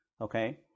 Okay